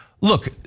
Look